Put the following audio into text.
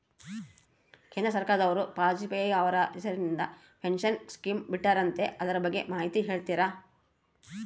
ಕೇಂದ್ರ ಸರ್ಕಾರದವರು ವಾಜಪೇಯಿ ಅವರ ಹೆಸರಿಂದ ಪೆನ್ಶನ್ ಸ್ಕೇಮ್ ಬಿಟ್ಟಾರಂತೆ ಅದರ ಬಗ್ಗೆ ಮಾಹಿತಿ ಹೇಳ್ತೇರಾ?